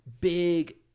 big